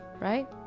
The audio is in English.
right